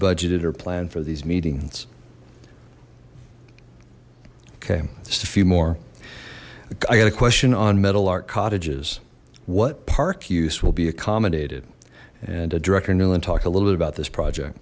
budgeted or planned for these meetings okay just a few more i got a question on metal art cottages what park use will be accommodated and a director newland talked a little bit about this project